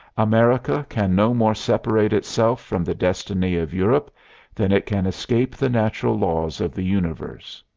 america can no more separate itself from the destiny of europe than it can escape the natural laws of the universe.